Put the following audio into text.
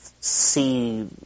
see